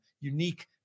unique